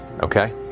Okay